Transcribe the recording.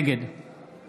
נגד